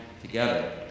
together